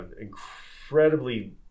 incredibly